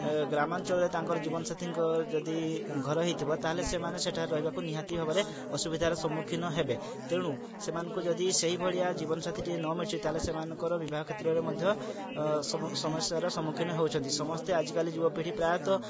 ଗ୍ରାମାଞ୍ଚଳ ରେ ତାଙ୍କର ଜୀବନ ସାଥି ଙ୍କ ଯଦି ଘର ହେଇଥିବ ତାହେଲେ ସେମାନେ ସେଠାରେ ରହିବାକୁ ନିହାତି ଭାବରେ ଅସୁବିଧା ର ସମ୍ମୁଖୀନ ହେବେ ତେଣୁ ସେମାନଙ୍କୁ ଯଦି ସେଇ ଭଳିଆ ଜୀବନ ସାଥି ଟିଏ ନ ମିଳୁଛି ତାହେଲେ ସେମାନଙ୍କର ବିବାହ କ୍ଷେତ୍ର ରେ ମଧ୍ୟ ସବୁ ସମସ୍ୟା ର ସମ୍ମୁଖୀନ ହେଉଛନ୍ତି ସମସ୍ତେ ଆଜିକାଲି ଯୁବ ପିଢ଼ି ପ୍ରାୟତଃ